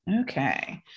Okay